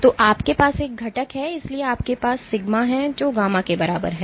तो आपके पास एक घटक है इसलिए आपके पास सिग्मा है जो γ के बराबर है